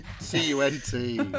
C-U-N-T